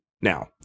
Now